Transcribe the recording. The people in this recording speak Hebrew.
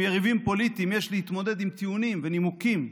עם יריבים פוליטיים יש להתמודד עם טיעונים ונימוקים,